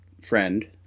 friend